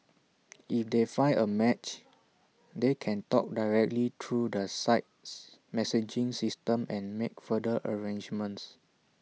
if they find A match they can talk directly through the site's messaging system and make further arrangements